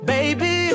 Baby